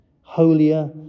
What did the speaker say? holier